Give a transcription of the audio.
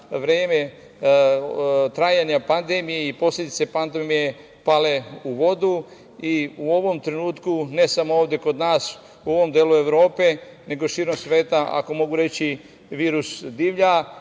vreme trajanja pandemije posledice pandemije pale u vodu. I u ovom trenutku ne samo ovde kod nas u ovom delu Evrope, nego širom sveta, ako mogu reći virus divlja.